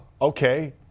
Okay